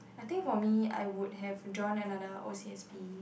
I think for me I would have joined another O_C_S_P